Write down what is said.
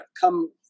come